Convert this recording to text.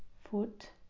foot